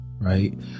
Right